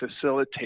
facilitate